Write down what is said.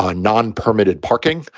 ah non permitted parking,